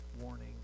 warning